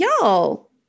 y'all